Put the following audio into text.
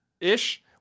Ish